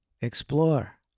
explore